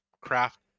craft